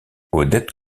odette